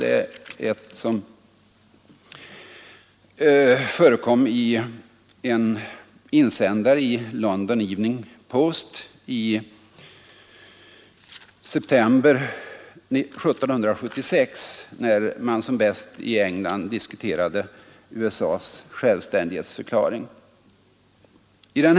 Det ena är ur en insändare i London Evening Post i september 1776, när man i England som bäst diskuterade USA :s självständighetsförklaring som just blivit känd.